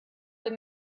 wenn